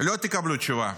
לא תקבלו תשובה.